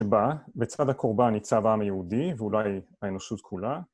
בצד הקורבן ניצב העם היהודי ואולי האנושות כולה...